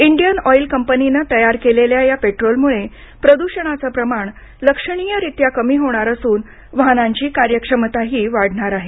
Indian Oil कंपनीनं तयार केलेल्या या पेट्रोलमुळे प्रदूषणाचं प्रमाण लक्षणीय रीत्या कमी होणार असून वाहनांची कार्यक्षमताही वाढणार आहे